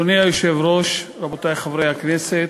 אדוני היושב-ראש, רבותי חברי הכנסת,